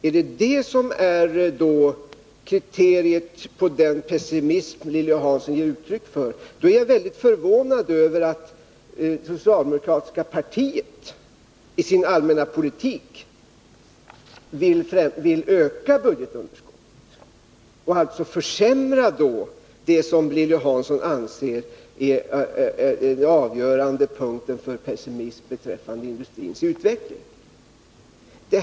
Är det det som är kriteriet när det gäller den pessimism som Lilly Hansson ger uttryck för, så är jag mycket förvånad över att socialdemokratiska partiet i sin allmänna politik vill öka budgetunderskottet — och alltså försämra det som Lilly Hansson anser är den avgörande utgångspunkten för pessimism beträffande industrins utveckling.